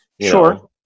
Sure